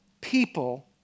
people